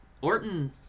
Orton